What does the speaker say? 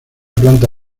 planta